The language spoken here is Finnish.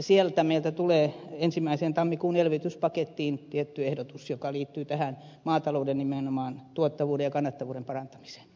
sieltä meiltä tulee ensimmäiseen tammikuun elvytyspakettiin tietty ehdotus joka liittyy nimenomaan tähän maatalouden tuottavuuden ja kannattavuuden parantamiseen